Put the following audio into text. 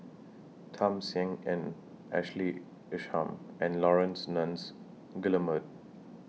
Tham Sien Yen Ashley Isham and Laurence Nunns Guillemard